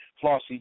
Flossy